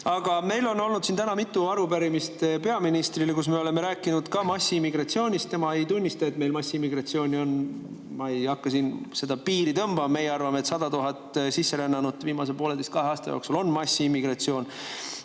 Aga meil on olnud siin täna peaministrile mitu arupärimist, kus me oleme rääkinud ka massiimmigratsioonist. Tema ei tunnista, et meil massiimmigratsioon on. Ma ei hakka piiri tõmbama, aga meie arvame, et 100 000 sisserännanut viimase pooleteise või kahe aasta jooksul on massiimmigratsioon.